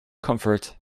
comfort